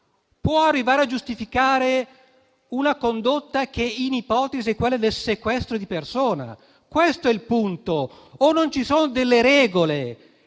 Può arrivare a giustificare una condotta che, in ipotesi, è quella del sequestro di persona? Questo è il punto. Non ci sono delle regole